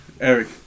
Eric